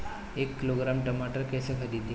एक किलोग्राम टमाटर कैसे खरदी?